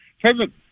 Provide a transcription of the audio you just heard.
President